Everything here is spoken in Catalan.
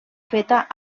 feta